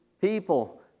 people